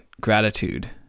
gratitude